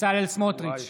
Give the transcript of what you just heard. בצלאל סמוטריץ'